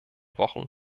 wochen